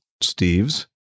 Steve's